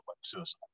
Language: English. suicide